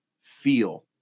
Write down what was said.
feel